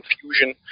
confusion